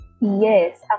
Yes